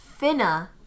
finna